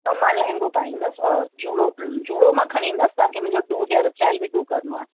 हो मां लहंगो पाईंदसि और जूड़ो जूड़ो मां खणी ईंदसि तव्हांखे मुंहिंजो डू हैयर स्टाइल बि डू करिणो आहे